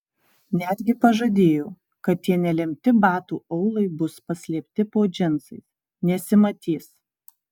netgi pažadėjo kad tie nelemti batų aulai bus paslėpti po džinsais nesimatys